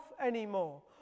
anymore